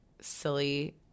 silly